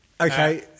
Okay